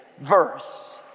verse